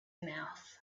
mouth